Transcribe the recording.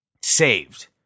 saved